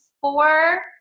four